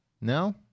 No